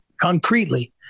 concretely